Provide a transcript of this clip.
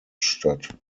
statt